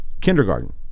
kindergarten